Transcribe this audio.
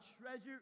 treasure